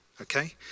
Okay